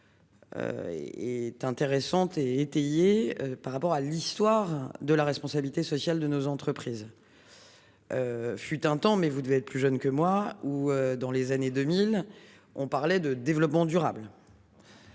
Est intéressante et étayée par rapport à l'histoire de la responsabilité sociale de nos entreprises. Fut un temps, mais vous devez être plus jeune que moi ou dans les années 2000, on parlait de développement durable.